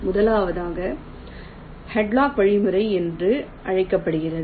முதலாவது ஹாட்லாக் வழிமுறை என்று அழைக்கப்படுகிறது